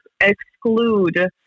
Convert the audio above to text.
exclude